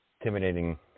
intimidating